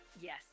yes